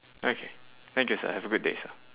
okay thank you sir have a good day sir